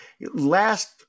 last